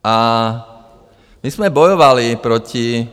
A my jsme bojovali proti.